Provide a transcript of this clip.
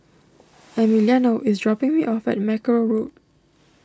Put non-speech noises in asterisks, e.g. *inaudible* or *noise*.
*noise* Emiliano is dropping me off at Mackerrow Road